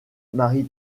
marie